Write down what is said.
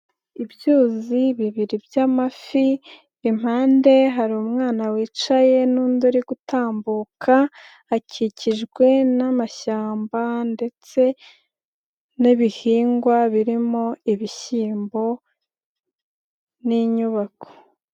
Ibyuzi bibiri by'amafi, impande hari umwana wicaye n'undi uri gutambuka, akikijwe n'amashyamba ndetse n'ibihingwa birimo, ibishyimbo n'inyubako.